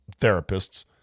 therapists